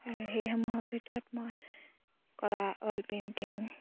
সেইসমূহৰ ভিতৰত মই কৰা অইল পেইণ্টিং